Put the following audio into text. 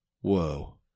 Whoa